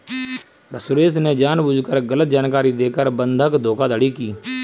सुरेश ने जानबूझकर गलत जानकारी देकर बंधक धोखाधड़ी की